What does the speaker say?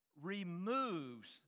removes